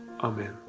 Amen